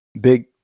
big